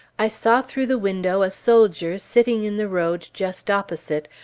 i saw through the window a soldier sitting in the road just opposite,